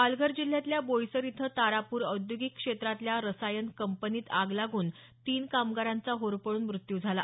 पालघर जिल्ह्यातल्या बोईसर इथं तारापूर औद्योगिक क्षेत्रातल्या रसायन कंपनीत आग लागून तीन कामगारांचा होरपळून मृत्यू झाला